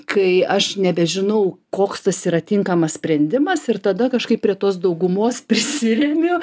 kai aš nebežinau koks tas yra tinkamas sprendimas ir tada kažkaip prie tos daugumos prisiremiu